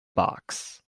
box